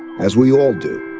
as we all do.